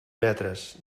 metres